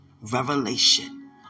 revelation